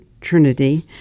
Trinity